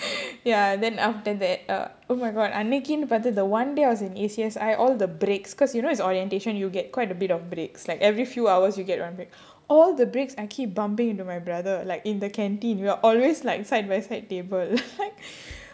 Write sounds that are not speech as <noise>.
<noise> ya then after that uh oh my god அன்னைக்குனு பார்த்து:annaikkunnu paarthu the one day I was in A_C_S_I all the breaks because you know it's orientation you'll get quite a bit of breaks like every few hours you'll get one break all the breaks I keep bumping into my brother like in the canteen we're always like side by side table <laughs> like